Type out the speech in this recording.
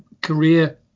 career